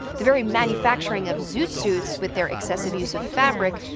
the very manufacturing of zoot suits, with their excessive use of fabric,